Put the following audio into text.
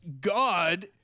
God